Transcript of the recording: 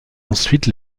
ensuite